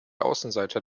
außenseiter